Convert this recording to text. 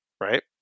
right